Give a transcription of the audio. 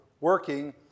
working